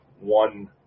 one